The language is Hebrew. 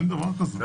אין דבר כזה.